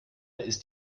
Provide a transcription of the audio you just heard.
ist